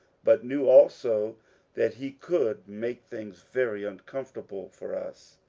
but knew also that he could make things very uncomfortable for us.